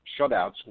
shutouts